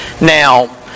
now